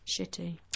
shitty